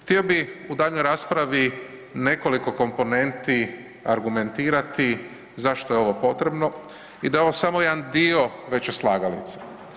Htio bih u daljnjoj raspravi nekoliko komponenti argumentirati zašto je ovo potrebno i da je ovo samo jedan dio veće slagalice.